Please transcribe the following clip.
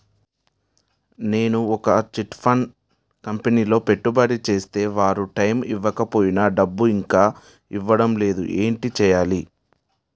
నేను ఒక chit fund కంపెనీలో పెట్టుబడి చేస్తే వారు టైమ్ ఇవ్వకపోయినా డబ్బు ఇంకా ఇవ్వడం లేదు ఏంటి చేయాలి?